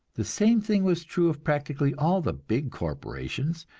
the same thing was true of practically all the big corporations.